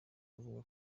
avuga